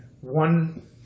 one